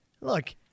Look